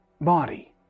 body